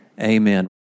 Amen